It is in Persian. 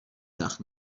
تخت